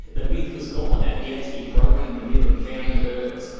that myth was gone, that he'd actually broken the myth and found the birds.